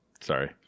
Sorry